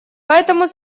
поэтому